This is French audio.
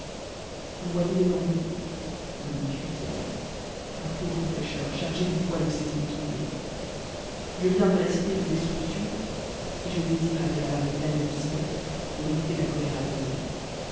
désiroil vousvoye devant vous lui dit chréen un pauvre pécheur chargé du poids de ses iniquités je viens de la cité de destruction et je désire aller à la montagne de sion pour éviler la colère à venil